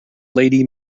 lady